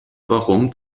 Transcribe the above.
warum